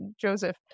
Joseph